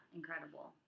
incredible